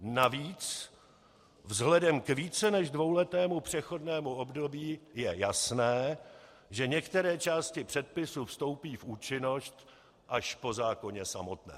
Navíc vzhledem k více než dvouletému přechodnému období je jasné, že některé části předpisu vstoupí v účinnost až po zákoně samotném.